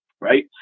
Right